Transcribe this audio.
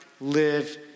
live